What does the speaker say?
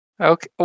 Okay